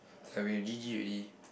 like when you g_g already